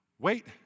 Wait